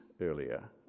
earlier